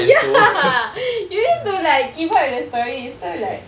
ya you need to like keep up with the story so like